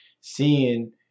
seeing